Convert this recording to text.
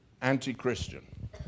anti-Christian